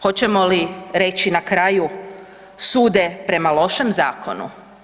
Hoćemo li reći na kraju, sude prema lošem zakonu?